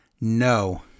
No